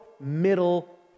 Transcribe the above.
middle